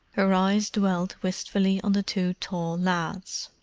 her eyes dwelt wistfully on the two tall lads.